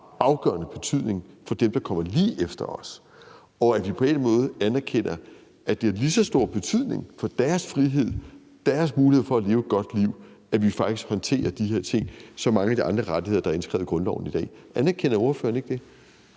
afgørende betydning for dem, der kommer lige efter os, hvormed vi på en eller anden måde anerkender, at det har lige så stor betydning for deres frihed og deres mulighed for at leve et godt liv, at vi faktisk håndterer de her ting som mange af de andre rettigheder, der er indskrevet i grundloven i dag. Anerkender ordføreren ikke det?